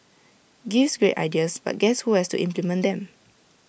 gives great ideas but guess who has to implement them